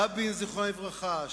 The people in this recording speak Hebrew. רבין, זיכרונם לברכה?